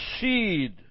seed